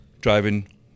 driving